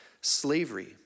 slavery